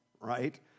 right